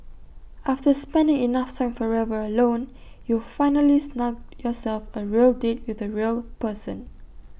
after spending enough time forever alone you've finally snugged yourself A real date with A real person